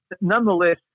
Nonetheless